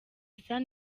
sun